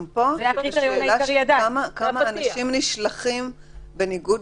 גם פה יש שאלה כמה אנשים נשלחים בניגוד